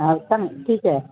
हां छान ठीक आहे